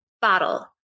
bottle